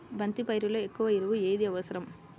బంతి పైరులో ఎక్కువ ఎరువు ఏది అవసరం?